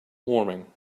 warming